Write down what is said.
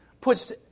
puts